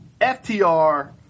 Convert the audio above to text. FTR